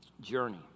journey